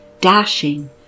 dashing